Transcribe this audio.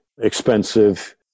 expensive